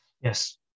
Yes